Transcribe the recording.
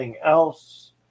Else